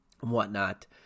whatnot